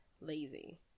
lazy